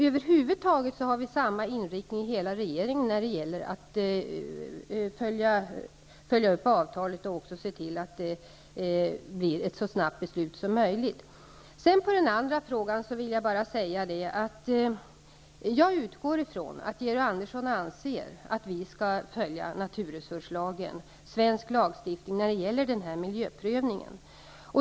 Över huvud taget har hela regeringen samma inriktning när det gäller att följa upp avtalet och också se till att det sker ett så snabbt beslut som möjligt. När det gäller den andra frågan utgår jag ifrån att Georg Andersson anser att vi skall följa naturresurslagen, dvs. svensk lagstiftning, vid miljöprövningen.